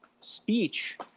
speech